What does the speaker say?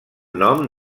nom